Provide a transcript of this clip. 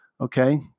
Okay